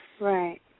right